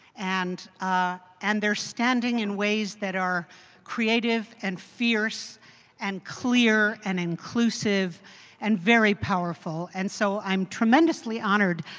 and ah and they are standing in ways that are creative and fierce and clear and inclusive and very powerful and so i am tremendous tremendously honored.